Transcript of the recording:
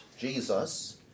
Jesus